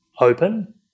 open